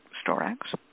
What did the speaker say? storax